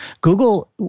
Google